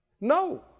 No